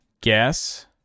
guess